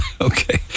Okay